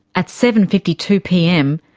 at seven. fifty two pm,